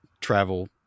travel